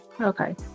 Okay